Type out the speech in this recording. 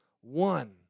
one